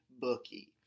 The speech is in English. bookie